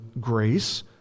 grace